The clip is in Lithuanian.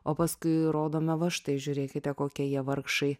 o paskui rodome va štai žiūrėkite kokie jie vargšai